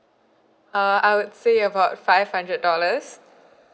uh I would say about five hundred dollars